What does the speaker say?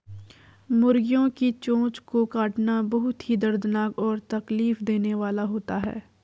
मुर्गियों की चोंच को काटना बहुत ही दर्दनाक और तकलीफ देने वाला होता है